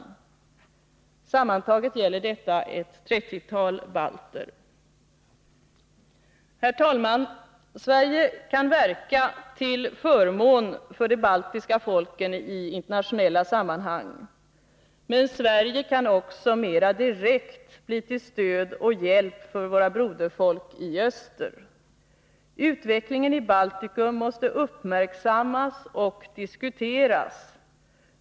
Sammantaget gäller detta ett trettiotal balter. Herr talman! Sverige kan verka till förmån för de baltiska folken i internationella sammanhang, men Sverige kan också mera direkt bli till stöd och hjälp för våra broderfolk i öster. Utvecklingen i Baltikum måste uppmärksammas och diskuteras.